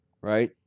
Right